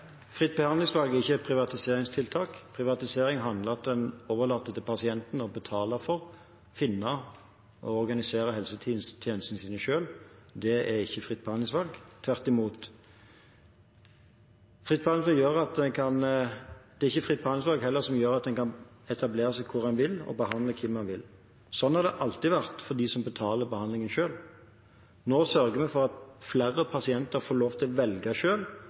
Fritt behandlingsvalg er ikke et privatiseringstiltak. Privatisering handler om at en overlater til pasienten å betale for, finne og organisere helsetjenestene sine selv. Det er ikke fritt behandlingsvalg – tvert imot. Det er heller ikke fritt behandlingsvalg som gjør at en kan etablere seg hvor en vil, og behandle hvem man vil. Sånn har det alltid vært for dem som betaler behandlingen selv. Nå sørger vi for at flere pasienter får lov til å velge